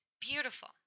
Beautiful